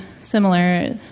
similar